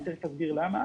אני תיכף אסביר למה.